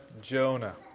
Jonah